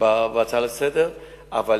בהצעה לסדר-היום,